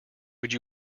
would